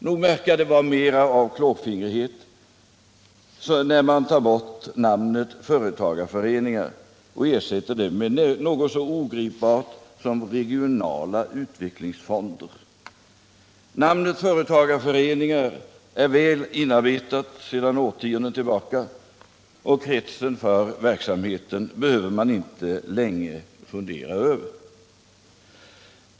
Nog verkar det vara mera av klåfingrighet som man tar bort namnet företagarföreningar och ersätter det med något så ogripbart som regionala utvecklingsfonder. Namnet företagarföreningar är väl inarbetat sedan årtionden tillbaka, och kretsen för verksamheten behöver man inte längre fundera över.